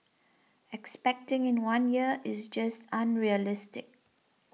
expecting in one year is just unrealistic